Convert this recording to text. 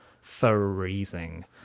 freezing